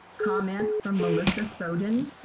comment from melissa sowden.